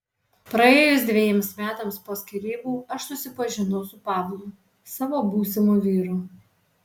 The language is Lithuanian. praėjus dvejiems metams po skyrybų aš susipažinau su pavlu savo būsimu vyru